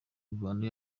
imvano